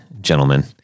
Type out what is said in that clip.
gentlemen